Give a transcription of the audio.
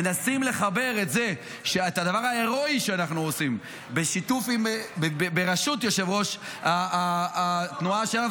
מנסים לחבר את הדבר ההירואי שאנחנו עושים בראשות יושב-ראש התנועה שלנו,